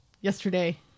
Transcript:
yesterday